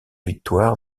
victoire